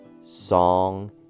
song